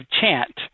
chant